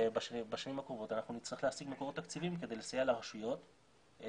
בשנים הקרובות אנחנו נצטרך להשיג מקורות תקציביים כדי לסייע לרשויות לממש